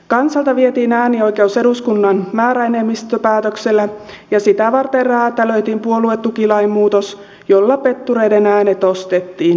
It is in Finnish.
kansalta vietiin äänioikeus eduskunnan määräenemmistöpäätöksellä ja sitä varten räätälöitiin puoluetukilain muutos jolla pettureiden äänet ostettiin